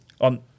On